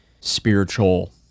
spiritual